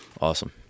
awesome